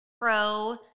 pro